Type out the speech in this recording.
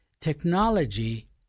technology